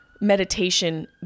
meditation